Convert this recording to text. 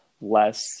less